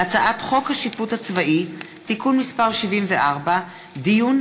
הצעת חוק השיפוט הצבאי (תיקון מס' 74) (דיון